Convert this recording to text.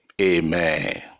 amen